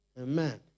Amen